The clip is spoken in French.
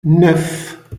neuf